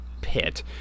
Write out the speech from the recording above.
pit